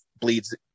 bleeds